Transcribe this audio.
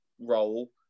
role